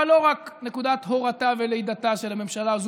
אבל לא רק נקודת הורתה ולידתה של הממשלה הזאת